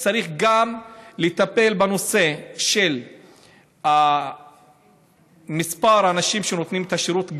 צריך לטפל גם בנושא של מספר האנשים שנותנים את השירות,